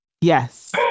yes